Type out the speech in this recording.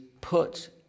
put